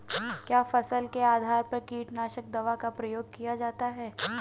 क्या फसल के आधार पर कीटनाशक दवा का प्रयोग किया जाता है?